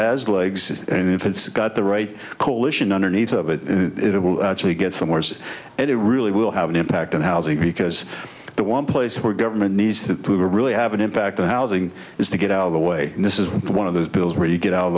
has legs and if it's got the right coalition underneath of it it will actually get somewheres and it really will have an impact on housing because the one place where government needs to really have an impact on housing is to get out of the way and this is one of those bills where you get